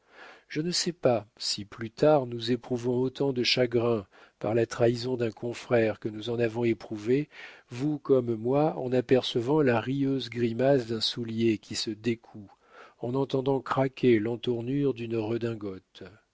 je ne sais pas si plus tard nous éprouvons autant de chagrin par la trahison d'un confrère que nous en avons éprouvé vous comme moi en apercevant la rieuse grimace d'un soulier qui se découd en entendant craquer l'entournure d'une redingote